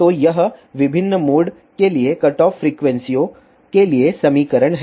तो यह विभिन्न मोड के लिए कटऑफ फ्रीक्वेंसीयों के लिए समीकरण है